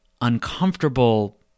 uncomfortable